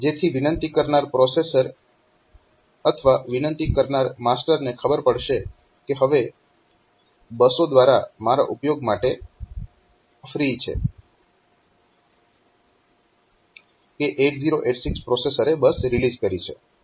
જેથી વિનંતી કરનાર પ્રોસેસર અથવા વિનંતી કરનાર માસ્ટરને ખબર પડશે કે હવે બસો મારા ઉપયોગ માટે ફ્રી છે કે 8086 પ્રોસેસરે બસ રિલીઝ કરી છે